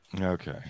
Okay